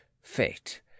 fate